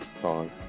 song